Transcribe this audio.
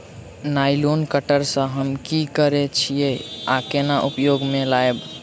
Nylon cutter सँ हम की करै छीयै आ केना उपयोग म लाबबै?